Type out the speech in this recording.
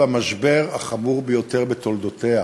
במשבר החמור ביותר בתולדותיה,